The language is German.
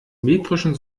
metrischen